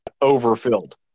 overfilled